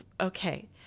okay